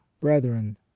brethren